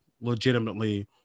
legitimately